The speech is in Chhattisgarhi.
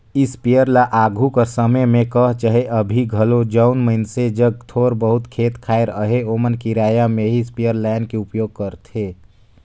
इस्पेयर ल आघु कर समे में कह चहे अभीं घलो जउन मइनसे जग थोर बहुत खेत खाएर अहे ओमन किराया में ही इस्परे लाएन के उपयोग करथे